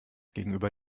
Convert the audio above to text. gegenüber